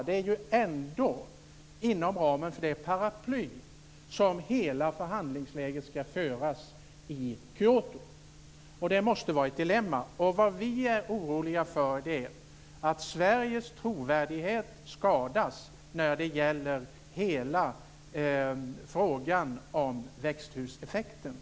Det är ändå inom ramen för det paraplyt som hela förhandlingsarbetet skall föras i Kyoto. Det måste vara ett dilemma. Vad vi är oroliga för är att Sveriges trovärdighet skadas när det gäller hela frågan om växthuseffekten.